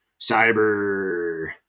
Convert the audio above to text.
cyber